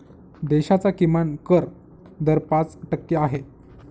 देशाचा किमान कर दर पाच टक्के आहे